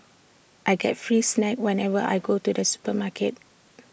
I get free snacks whenever I go to the supermarket